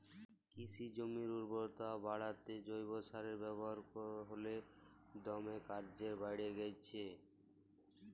কিসি জমির উরবরতা বাঢ়াত্যে জৈব সারের ব্যাবহার হালে দমে কর্যে বাঢ়্যে গেইলছে